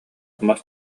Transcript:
мас